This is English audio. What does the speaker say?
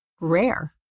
rare